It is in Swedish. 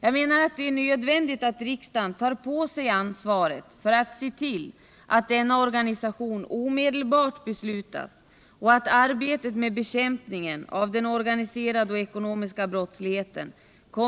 Jag menar att det är nödvändigt att riksdagen tar på sig ansvaret för att beslut fattas så att denna organisation omedelbart kan genomföras och arbetet med bekämpningen av den organiserade ekonomiska brottsligheten snarast möjligt kan